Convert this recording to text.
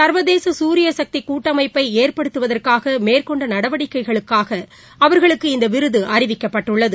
சா்வதேசசூரியசக்திகூட்டமைப்பைஏற்படுத்துவதற்காகமேற்கொண்ட நடவடிக்கைகளுக்காக அவா்களு க்கு இந்தவிருதுஅறிவிக்கப்பட்டுள்ளது